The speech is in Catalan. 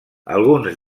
alguns